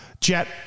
Jet